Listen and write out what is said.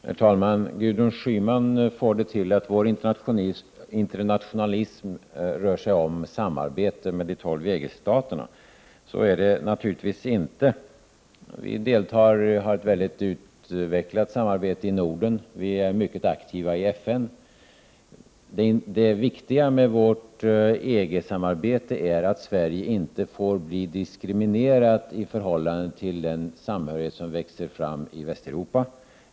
Herr talman! Gudrun Schyman får det till att vår internationalism rör sig om samarbete med de tolv EG-staterna. Så är det naturligtvis inte. Vi har ett mycket utvecklat samarbete i Norden, och vi är mycket aktiva i FN. Det viktiga med vårt EG-samarbete är att Sverige inte får bli diskriminerat i förhållande till den samhörighet som växer fram i Västeuropa.